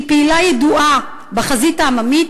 היא פעילה ידועה ב"חזית העממית",